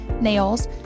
nails